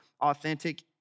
authentic